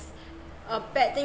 a bad thing